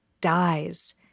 dies